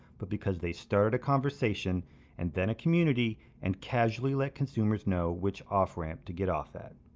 but because they started a conversation and then a community and casually let consumers know which off-ramp to get off at.